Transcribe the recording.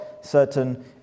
certain